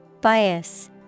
Bias